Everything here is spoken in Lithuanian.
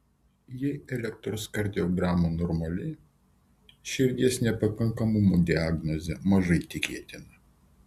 jei ekg normali šn diagnozė mažai tikėtina